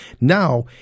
Now